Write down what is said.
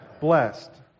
blessed